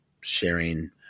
sharing